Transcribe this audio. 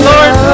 Lord